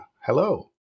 Hello